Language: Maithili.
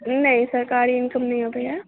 नहि सरकारी इनकम नहि अबैए